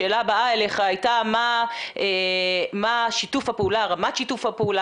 השאלה הבאה אליך הייתה מה רמת שיתוף הפעולה,